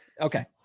Okay